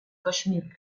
caixmir